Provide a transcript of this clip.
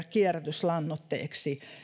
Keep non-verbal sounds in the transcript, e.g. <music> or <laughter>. <unintelligible> kierrätyslannoitteeksi